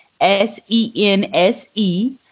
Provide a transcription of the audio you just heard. S-E-N-S-E